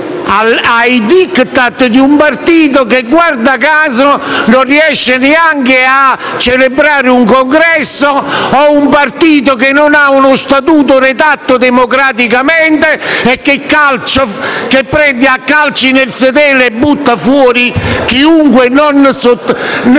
ai *Diktat* di un partito che, guarda caso, non riesce neanche a celebrare un congresso, un partito che non ha uno statuto redatto democraticamente e che prende a calci nel sedere e butta fuori chiunque abbia